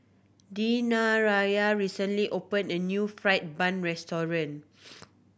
Dayanara recently opened a new fried bun restaurant